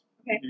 Okay